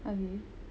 okay